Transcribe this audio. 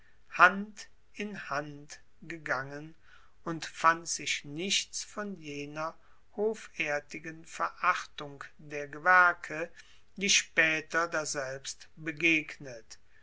hand in hand gegangen und fand sich nichts von jener hoffaertigen verachtung der gewerke die spaeter daselbst begegnet